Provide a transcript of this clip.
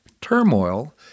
turmoil